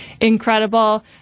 incredible